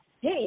hey